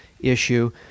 issue